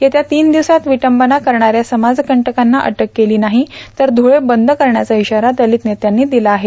येत्या तीन दिवसात विटंबना करणाऱ्या समाजकंटकांना अटक केली नाही तर ध्रळे बंद करण्याचा इशारा दलित नेत्यांनी दिला आहे